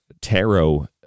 tarot